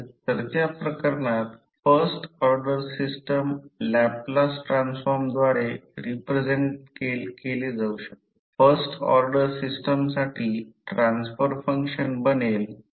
तर या प्रकरणात जर ते यासारखे हाताने बनवले जर या वाइंडिंगला हाताने पकडले तर अंगठा फ्लक्स पाथची दिशा असेल